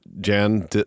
Jan